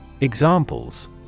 Examples